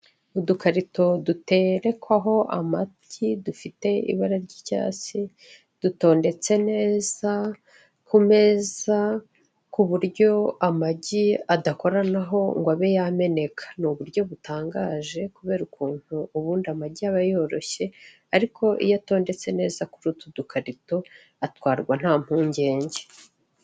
Udukarito duterekwaho amagi dufite ibara ry'icyatsi dutondetse neza kumeza, ku buryo amagi adakoranaho ngo abe yameneka, ni uburyo butangaje kubera ukuntu ubundi amagi aba yoroshye ariko iyo atondetse neza kuri utu dukarito atwarwa ntampungenge.